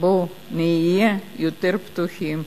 בואו נהיה יותר פתוחים.